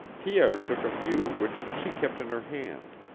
pierre took a few which she kept in her hand.